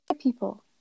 people